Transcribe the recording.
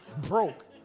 Broke